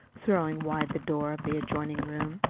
throwing wide the door of the adjoining room.